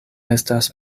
estas